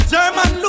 German